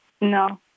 No